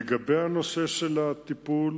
1. לגבי נושא הטיפול